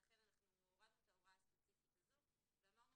ולכן הורדנו את ההוראה הספציפית הזו ואמרנו